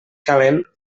calent